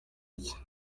iki